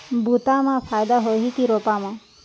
बुता म फायदा होही की रोपा म?